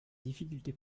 difficultés